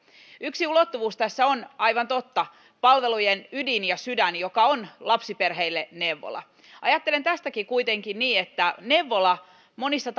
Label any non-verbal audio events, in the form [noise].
yksi ulottuvuus tässä on aivan totta palvelujen ydin ja sydän joka on lapsiperheille neuvola ajattelen tästäkin kuitenkin niin että neuvola monissa [unintelligible]